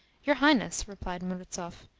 your highness, replied murazov,